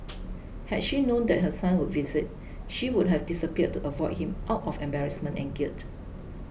had she known that her son would visit she would have disappeared to avoid him out of embarrassment and guilt